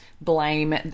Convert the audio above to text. blame